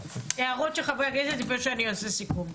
הערות של חברי הכנסת לפני שאני אעשה סיכום.